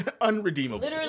unredeemable